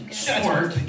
sport